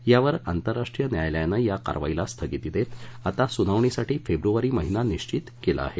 यावर आंतर्राष्ट्रीय न्यायालयानं या कारवाईला स्थगिती देत आता सुनावणीसाठी फेब्रुवारी महिना निश्वित केला आहे